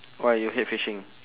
why you hate fishing